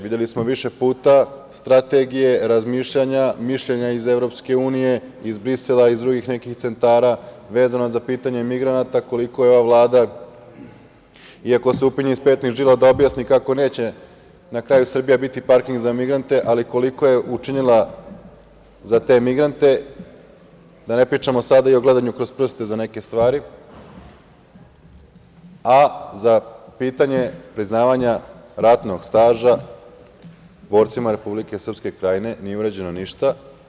Videli smo više puta strategije, razmišljanja, mišljenja iz EU, iz Brisela, iz drugih nekih centara, vezano za pitanje migranata, koliko je ova Vlada, iako se upinje iz petnih žila da objasni kako neće na kraju Srbija biti parking za migrante, ali koliko je učinila za te migrante, da ne pričamo sada i o gledanju kroz prste za neke stvari, a za pitanje priznavanja ratnog staža borcima Republike Srpske Krajine nije urađeno ništa.